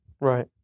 Right